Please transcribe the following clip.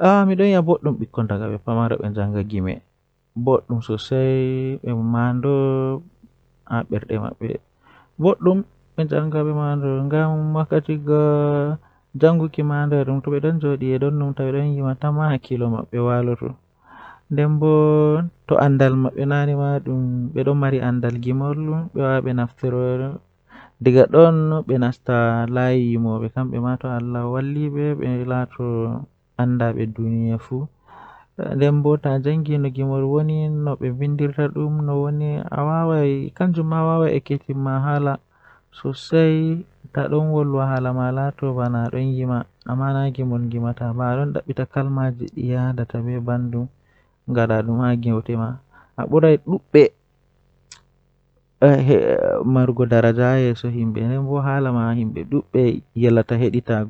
Ɗemɗe feere-feere jei mi waawata Miɗo waawi e faamaade Pulaar no feewi, kadi miɗo waawi laawol ɗiɗi waɗɓe. Miɗo njogii sabu ngal ɗum ko mi waɗi waɗde jokkondirɗe yimɓe